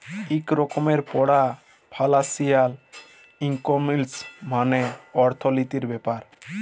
ইক রকমের পড়া ফিলালসিয়াল ইকলমিক্স মালে অথ্থলিতির ব্যাপার